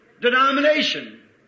denomination